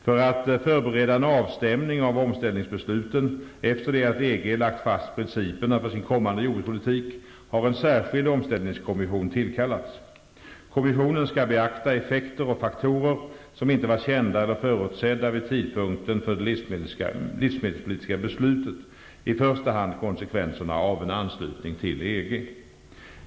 För att förbereda en avstämning av omställningsbesluten efter det att EG lagt fast principerna för sin kommande jordbrukspolitik har en särskild omställningskommission tillsatts. Kommissionen skall beakta effekter och faktorer som inte var kända eller förutsedda vid tidpunkten för det livsmedelspolitiska beslutet, i första hand konsekvenserna av en anslutning till EG.